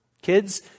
Kids